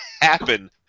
happen